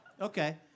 Okay